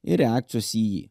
ir reakcijos į jį